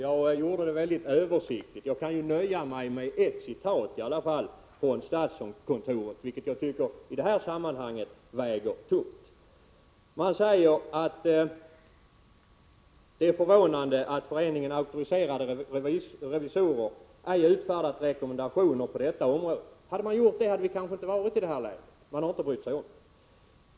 Jag gjorde det väldigt översiktligt, och jag kan nöja mig med att här erinra om statskontorets yttrande, vilket jag tycker väger tungt i det här sammanhanget. Man säger att det är förvånande att Föreningen Auktoriserade revisorer ej utfärdat rekommendationer på detta område. Hade föreningen gjort det, hade den kanske inte varit i det här läget, men det har den inte brytt sig om.